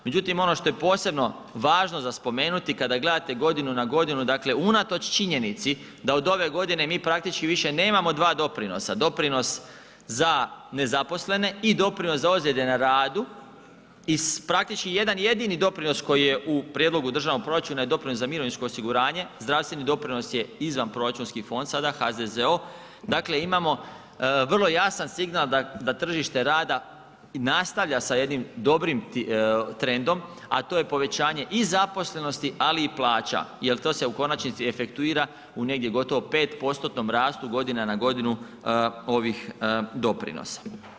Međutim, ono što je posebno važno za spomenuti kada gledate godinu na godinu, dakle unatoč činjenici da od ove godine mi praktički više nemamo dva doprinosa, doprinos za nezaposlene i doprinos za ozljede na radu i praktički jedan jedini doprinos koji je u Prijedlogu državnog proračuna je doprinos za mirovinsko osiguranje, zdravstveni doprinos je izvanproračunski fond sada HZZO, dakle imamo vrlo jasan signal da tržište rada nastavlja sa jednim dobrim trendom a to je povećanje i zaposlenosti ali i plaća jer to se u konačnici efektuira u negdje gotovo 5%-tnom rastu godina na godinu ovih doprinosa.